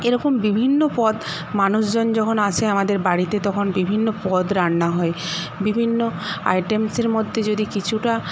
এরকম বিভিন্ন পদ মানুষজন যখন আসে আমাদের বাড়িতে তখন বিভিন্ন পদ রান্না হয় বিভিন্ন আইটেমসের মধ্যে যদি কিছুটা